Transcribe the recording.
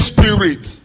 Spirit